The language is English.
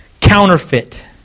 Counterfeit